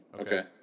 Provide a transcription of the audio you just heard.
Okay